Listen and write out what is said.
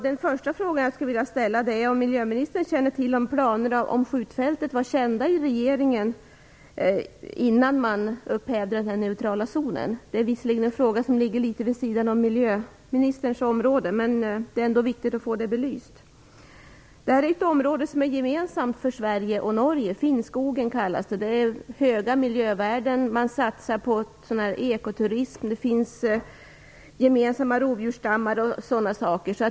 Den första fråga jag skulle vilja ställa är om miljöministern känner till om planerna på skjutfältet var kända i regeringen innan man upphävde denna neutrala zon. Det är visserligen en fråga som ligger litet vid sidan om miljöministerns område, men det är ändå viktigt att få den belyst. Detta är ett område som är gemensamt för Sverige och Norge. Det kallas Finnskogen. Det har höga miljövärden. Man satsar på ekoturism. Det finns gemensamma rovdjursstammar osv.